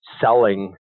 selling